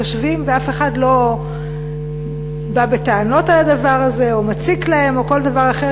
יושבים ואף אחד לא בא בטענות על הדבר הזה או מציק להם או כל דבר אחר,